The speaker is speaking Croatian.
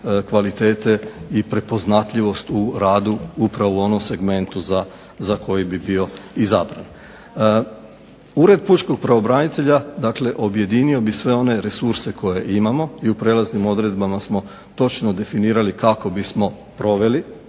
kvalitete i prepoznatljivost u radu upravo onog segmenta za koji bi bio izabran. Ured pučkog pravobranitelja objedinio bi sve one resurse koje imamo i u prijelaznim odredbama smo točno definirali kako bismo proveli,